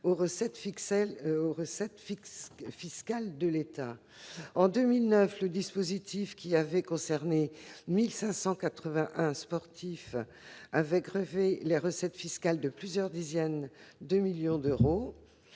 des recettes fiscales de l'État. En 2009, le dispositif fiscal, qui avait concerné 1 581 sportifs, avait grevé les recettes fiscales de plusieurs dizaines de millions d'euros.